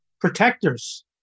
protectors